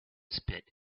spit